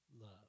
love